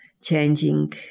changing